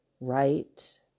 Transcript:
right